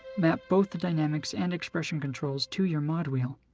map both the dynamics and expression controls to your mod wheel.